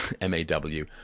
M-A-W –